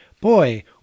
Boy